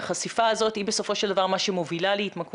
החשיפה הזאת היא זו שבסופו של דבר מה שמובילה להתמכרות.